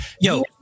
Yo